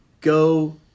Go